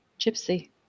gypsy